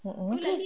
(uh huh)